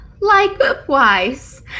Likewise